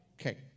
Okay